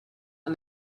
and